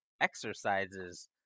exercises